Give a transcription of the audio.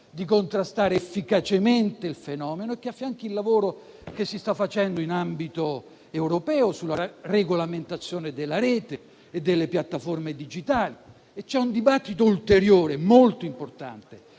di contrastare efficacemente il fenomeno e affianchi il lavoro che si sta facendo in ambito europeo sulla regolamentazione della rete e delle piattaforme digitali. Vi è un dibattito ulteriore molto importante